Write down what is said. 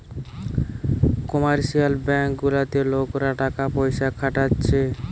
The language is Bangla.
কমার্শিয়াল ব্যাঙ্ক গুলাতে লোকরা টাকা পয়সা খাটাচ্ছে